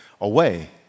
away